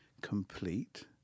complete